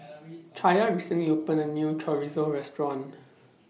Chaya recently opened A New Chorizo Restaurant